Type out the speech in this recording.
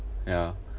ya